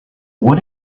what